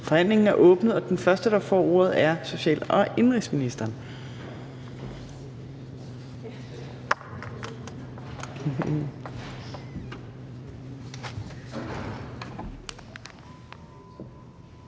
Forhandlingen er åbnet. Den første, der får ordet, er social- og indenrigsministeren.